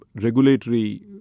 regulatory